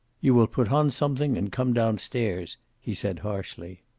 you will put on something and come down-stairs, he said harshly.